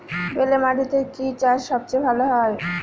বেলে মাটিতে কি চাষ সবচেয়ে ভালো হয়?